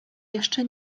jeszcze